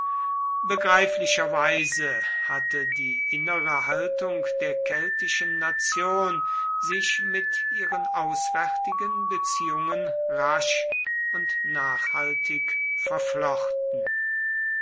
begreiflicherweise hatte die innere haltung der keltischen nation sich mit ihren auswärtigen beziehungen rasch und nachhaltig verflochten